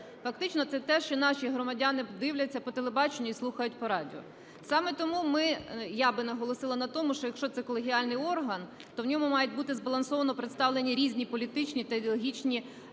Фактично це те, що наші громадяни дивляться по телебаченню і слухають по радіо. Саме тому ми, я би наголосила на тому, що якщо це колегіальний орган, то в ньому має бути збалансовано представлені різні політичні та ідеологічні